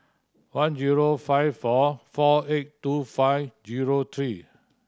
one zero five four four eight two five zero three